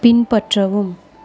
பின்பற்றவும்